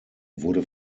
wurde